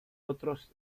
otros